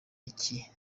iki